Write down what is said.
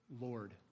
Lord